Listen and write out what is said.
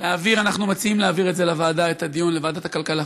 אנחנו מציעים להעביר את הדיון לוועדת הכלכלה.